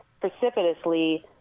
precipitously